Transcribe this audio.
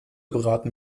beraten